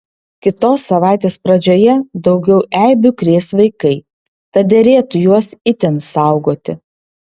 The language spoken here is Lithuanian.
kitos savaitės pradžioje daugiau eibių krės vaikai tad derėtų juos itin saugoti